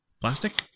plastic